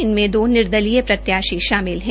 इनमें दो निर्दलीय प्रत्याशी शामिल हैं